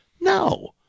No